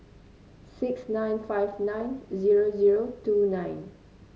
six nine five nine zero zero two nine